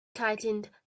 tightened